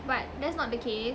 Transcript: but that's not the case